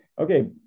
Okay